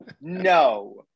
no